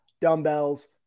dumbbells